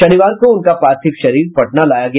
शनिवार को उनका पार्थिव शरीर पटना लाया गया